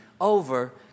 over